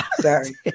Sorry